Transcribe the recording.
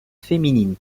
féminine